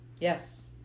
yes